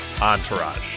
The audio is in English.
Entourage